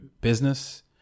business